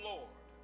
Lord